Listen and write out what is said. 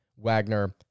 Wagner